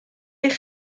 eich